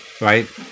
right